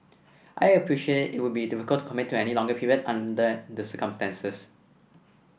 I appreciate it would be difficult to commit to any longer period under the circumstances